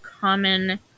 common